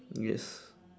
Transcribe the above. yes